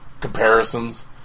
comparisons